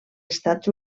estats